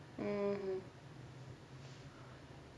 mm